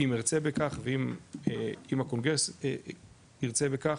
אם ארצה בכך ואם הקונגרס ירצה בכך